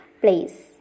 place